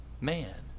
man